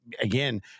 again